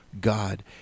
god